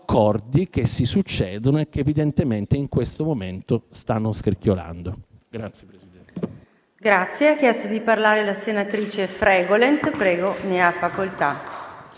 accordi che si succedono e che evidentemente in questo momento stanno scricchiolando.